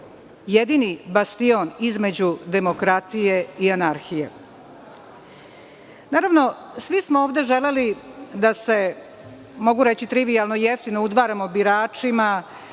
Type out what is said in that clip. jedini bastion između demokratije i anarhije. Svi smo ovde želeli da se, mogu reći trivijalno i jeftino, udvaramo biračima,